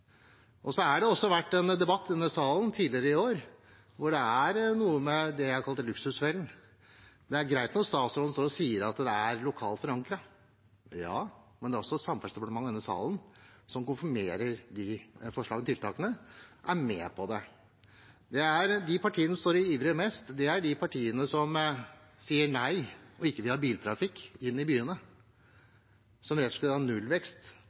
Det har også vært en debatt i denne salen tidligere i år om noe jeg kalte «luksusfellen». Det er greit når statsråden står og sier at det er lokalt forankret. Men det er også Samferdselsdepartementet og denne salen som konfirmerer de forslagene og tiltakene og er med på det. De partiene som ivrer mest, er de partiene som sier nei til biltrafikk inn i byene, og som vil ha nullvekst. Nullvekstmålet i 2012 er greit å nevne – men i 2012 hadde vi ikke den elbilparken som